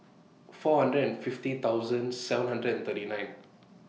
four hundred fifty thousand seven hundred and thirty nine